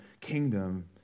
kingdom